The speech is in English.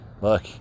look